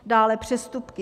Dále přestupky.